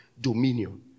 dominion